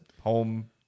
home